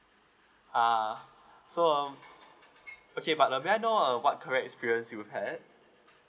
ah so um okay but uh may I know uh what current experience do you had